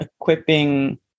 equipping